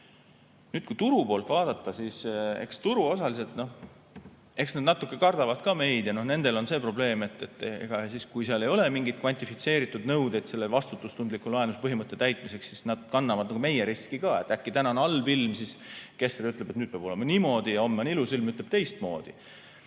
Nüüd, kui turu poolt vaadata, siis eks turuosalised natuke kardavad ka meid. Nendel on see probleem, et kui seal ei ole mingeid kvantifitseeritud nõudeid selle vastutustundliku laenamise põhimõtte täitmiseks, siis nad kannavad nagu meie riski ka, et äkki täna on halb ilm, siis Kessler ütleb, et nüüd peab olema niimoodi, ja homme on ilus ilm, siis ütleb teistmoodi.